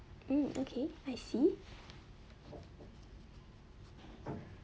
hmm okay I see